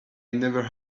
never